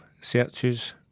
Searches